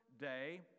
Day